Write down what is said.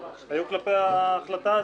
הם היו כלפי ההחלטה הזאת.